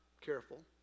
careful